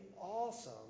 awesome